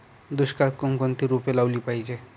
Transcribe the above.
दुष्काळात कोणकोणती रोपे लावली पाहिजे?